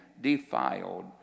defiled